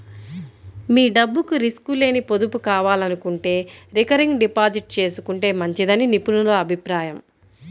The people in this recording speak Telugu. మీ డబ్బుకు రిస్క్ లేని పొదుపు కావాలనుకుంటే రికరింగ్ డిపాజిట్ చేసుకుంటే మంచిదని నిపుణుల అభిప్రాయం